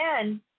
again